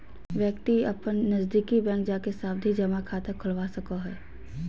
व्यक्ति अपन नजदीकी बैंक जाके सावधि जमा खाता खोलवा सको हय